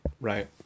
Right